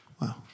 Wow